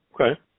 Okay